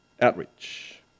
outreach